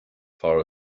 far